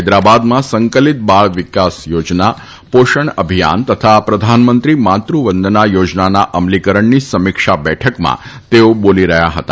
હૈદરાબાદમાં સંકલીત બાળવિકાસ યોજના પોષણ અભિયાન તથા પ્રધાનમંત્રી માતૃવંદના યોજનાના અમલીકરણની સમીક્ષા બેઠકમાં તેઓ બોલી રહ્યા હતા